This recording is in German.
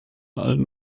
allen